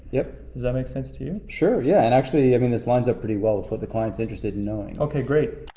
yep. does that make sense to you? sure, yeah, and actually, i mean, this lines up pretty well for the clients interested in knowing. okay, great.